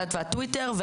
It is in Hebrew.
טווייטר,